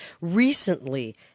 recently